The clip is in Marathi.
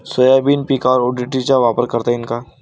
सोयाबीन पिकावर ओ.डी.टी चा वापर करता येईन का?